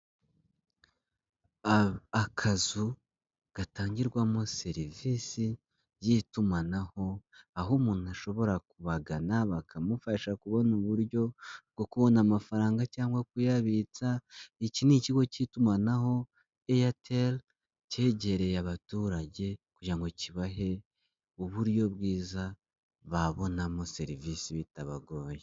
Akazu gatangirwamo serivisi y'itumanaho, aho umuntu ashobora kubagana bakamufasha kubona uburyo bwo kubona amafaranga cyangwa kuyabitsa. Iki ni ikigo k'itumanaho, Airtel kegereye abaturage kugira ngo kibahe uburyo bwiza, babonamo serivisi bitabagoye.